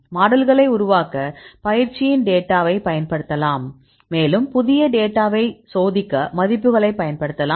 மாடல்களை உருவாக்க பயிற்சியின் டேட்டாவைப் பயன்படுத்தலாம் மேலும் புதிய டேட்டாவைச் சோதிக்க மதிப்புகளைப் பயன்படுத்தலாம்